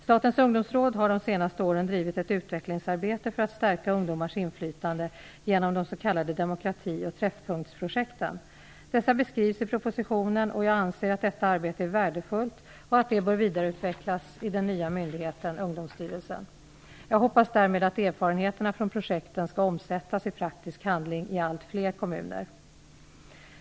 Statens ungdomsråd har de senaste åren drivit ett utvecklingsarbete för att stärka ungdomars inflytande genom de s.k. demokrati och träffpunktsprojekten. Dessa beskrivs i propositionen, och jag anser att detta arbete är värdefullt och att det bör vidareutvecklas i den nya myndigheten, Ungdomsstyrelsen. Jag hoppas därmed att erfarenheterna från projekten skall omsättas i praktisk handling i allt fler kommuner.